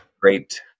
great